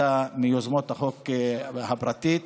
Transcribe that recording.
שהייתה מיוזמות החוק הפרטי,